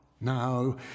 Now